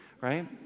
right